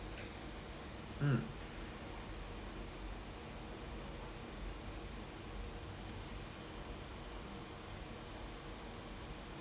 mm